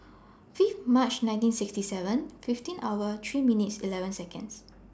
Fifth March nineteen sixty seven fifteen hour three minutes eleven Seconds